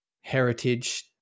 heritage